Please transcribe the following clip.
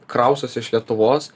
kraustosi iš lietuvos